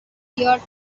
year